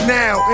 now